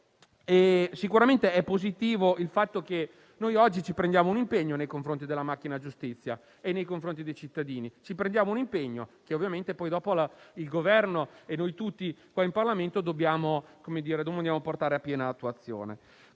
Sicuramente è positivo il fatto che noi oggi ci prendiamo un impegno nei confronti della macchina della giustizia e nei confronti dei cittadini. Ci prendiamo un impegno, che ovviamente poi il Governo e noi tutti in Parlamento dobbiamo portare a piena attuazione.